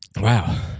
Wow